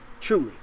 truly